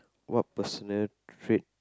what personal trait